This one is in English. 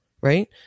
right